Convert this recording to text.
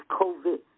covid